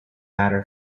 matter